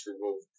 remove